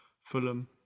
Fulham